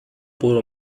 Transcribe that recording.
pudo